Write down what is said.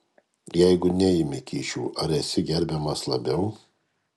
jeigu neimi kyšių ar esi gerbiamas labiau